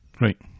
Right